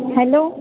hello